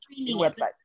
website